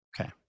Okay